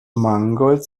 mangold